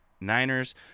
Niners